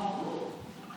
איך